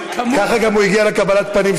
כל מה שעומד על סדר-היום,